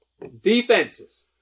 Defenses